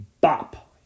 Bop